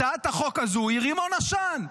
הצעת החוק הזאת היא רימון עשן.